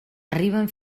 arriben